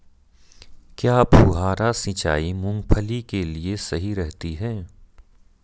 क्या फुहारा सिंचाई मूंगफली के लिए सही रहती है?